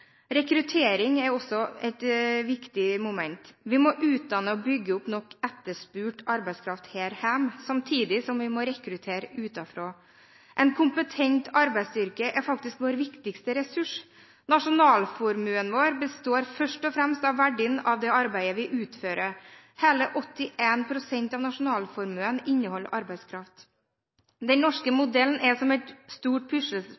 Rekruttering er også et viktig moment. Vi må utdanne og bygge opp nok etterspurt arbeidskraft her hjemme, samtidig som vi må rekruttere utenfra. En kompetent arbeidsstyrke er faktisk vår viktigste ressurs. Nasjonalformuen vår består først og fremst av verdien av det arbeidet vi utfører. Hele 81 pst. av nasjonalformuen inneholder arbeidskraft. Den norske